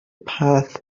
path